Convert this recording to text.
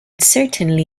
certainly